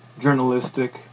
journalistic